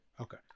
Okay